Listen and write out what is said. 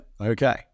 Okay